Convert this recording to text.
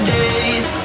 days